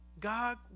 God